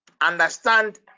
understand